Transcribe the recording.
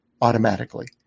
automatically